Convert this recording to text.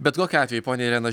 bet kokiu atveju ponia irena